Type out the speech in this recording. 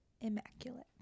immaculate